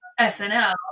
SNL